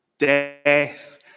death